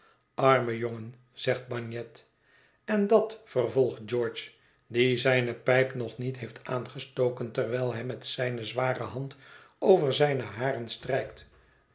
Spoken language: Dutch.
arme jongen zegt bagnet en dat vervolgt george die zijne pijp nog niet heeft aangestoken terwijl hij met zijne zware hand over zijne haren strijkt